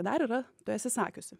dar yra tu esi sakiusi